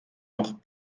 noch